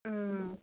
ꯎꯝ